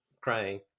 crying